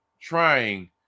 trying